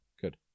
Good